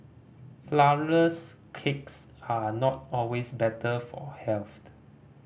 flourless cakes are not always better for health